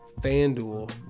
FanDuel